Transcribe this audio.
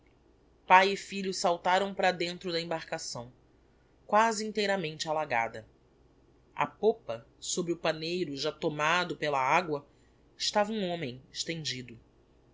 pae e filho saltaram para dentro da embarcação quasi inteiramente alagada á pôpa sobre o paneiro já tomado pela agua estava um homem extendido